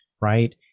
right